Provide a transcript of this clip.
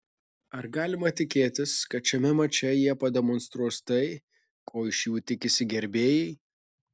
ar galima tikėtis kad šiame mače jie pademonstruos tai ko iš jų tikisi gerbėjai